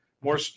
more